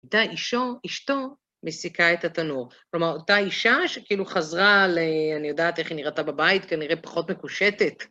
אתה אישו, אשתו, מסיקה את התנור. כלומר, אותה אישה שכאילו חזרה ל... אני יודעת איך היא נראית בבית, כנראה פחות מקושטת.